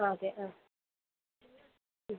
ആ അതെ ആ ഉം